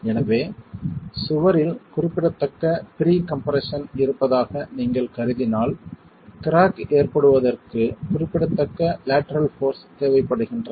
எனவே சுவரில் குறிப்பிடத்தக்க ப்ரீ கம்ப்ரெஸ்ஸன் இருப்பதாக நீங்கள் கருதினால் கிராக் ஏற்படுவதற்கு குறிப்பிடத்தக்க லேட்டரல் போர்ஸ் தேவைப்படுகின்றன